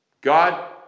God